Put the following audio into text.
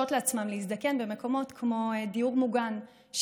לעצמם להזדקן במקומות כמו דיור מוגן,